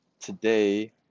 today